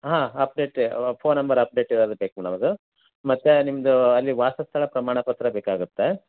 ಹಾಂ update phone number update ಇರೋದೆ ಬೇಕು ನಮಗು ಮತ್ತೆ ನಿಮ್ದು ಅಲ್ಲಿ ವಾಸಸ್ಥಳ ಪ್ರಮಾಣಪತ್ರ ಬೇಕಾಗುತ್ತೆ